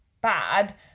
bad